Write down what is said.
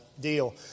deal